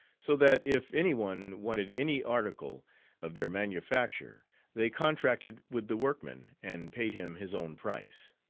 so that if any one wanted any article of their manufacture they contracted with the workman and paid him his own price.